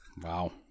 Wow